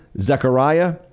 Zechariah